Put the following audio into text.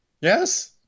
Yes